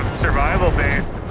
survival based.